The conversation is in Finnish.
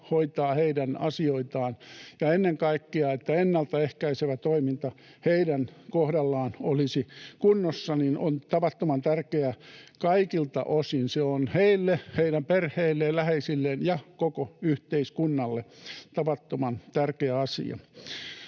hoitaa heidän asioitaan? Ennen kaikkea se, että ennaltaehkäisevä toiminta heidän kohdallaan olisi kunnossa, on tavattoman tärkeää kaikilta osin. Se on heille, heidän perheilleen ja läheisilleen ja koko yhteiskunnalle tavattoman tärkeä asia.